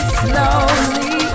slowly